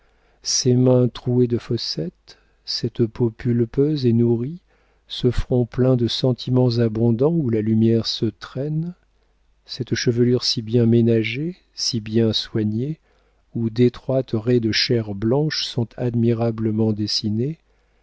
ces mains trouées de fossettes cette peau pulpeuse et nourrie ce front plein de sentiments abondants où la lumière se traîne cette chevelure si bien ménagée si bien soignée où d'étroites raies de chair blanche sont admirablement dessinées